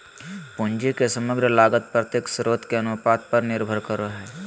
पूंजी के समग्र लागत प्रत्येक स्रोत के अनुपात पर निर्भर करय हइ